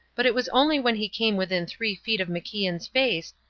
but it was only when he came within three feet of macian's face,